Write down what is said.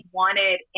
wanted